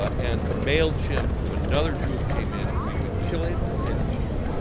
ah and a male chimp from another troop came in, we would kill him and eat him.